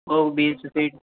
ਉਹ ਬੀਜ ਤੁਸੀਂ